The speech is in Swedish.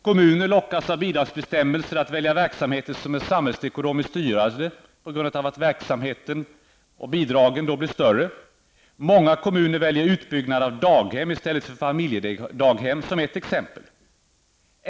Kommuner lockas av bidragsbestämmelser att välja verksamheter som är samhällsekonomiskt dyrare på grund av att bidragen då blir större. Många kommuner väljer utbyggnad av daghem i stället för familjedaghem som ett exempel.